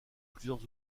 plusieurs